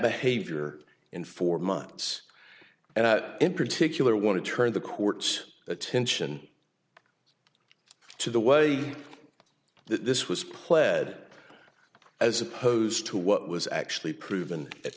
behavior in four months and in particular want to turn the court's attention to the way this was pled as opposed to what was actually proven